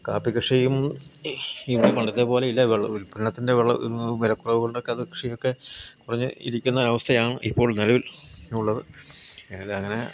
കാപ്പിക്കൃഷിയും ഇവിടെയും പണ്ടത്തെപ്പോലെ ഇല്ല ഉൽപന്നത്തിൻ്റെ വിള വിലക്കുറവുകളുടെയൊക്കെ അത് കൃഷിയൊക്കെ കുറഞ്ഞ് ഇരിക്കുന്ന അവസ്ഥയാണ് ഇപ്പോൾ നിലവിൽ ഉള്ളത് ഏതായാലും അങ്ങനെ